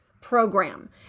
program